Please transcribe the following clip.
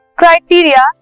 criteria